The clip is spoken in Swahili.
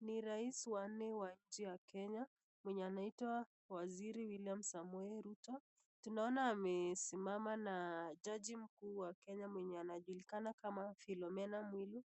Ni raisi wa nne wa kenya mwenye anaitwa William samoe ruto tunaona amesimama na jaji kuu wa kenya mwenye anahilikana kama vilomena mwilu